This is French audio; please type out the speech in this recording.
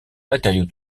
matériau